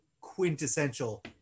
quintessential